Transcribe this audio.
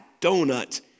donut